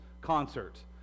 concert